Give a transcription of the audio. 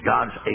God's